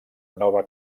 nova